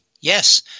Yes